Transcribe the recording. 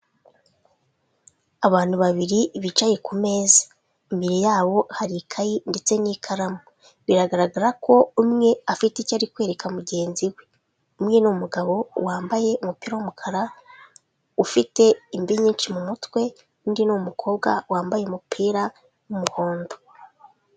Abantu babiri bicaye ku meza. Imbere yabo hari kayi ndetse n'ikaramu. Biragaragara ko umwe afite icyo ari kwereka mugenzi we. Umwe ni umugabo wambaye umupira w'umukara, ufite imvi nyinshi mu mutwe, undi ni umukobwa wambaye umupira w'umuhondo.